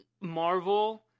Marvel